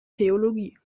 theologie